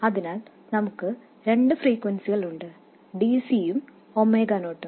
അതിനാൽ നമുക്ക് രണ്ട് ഫ്രീക്വെൻസികൾ ഉണ്ട് dc ഉം ഒമേഗ നോട്ടും